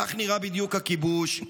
כך נראה בדיוק הכיבוש,